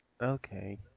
Okay